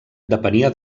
depenia